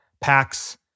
packs